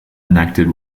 enacted